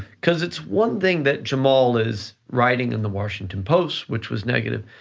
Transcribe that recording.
cause it's one thing that jamal is writing in the washington post, which was negative,